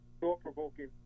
thought-provoking